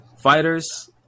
fighters